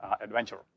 adventure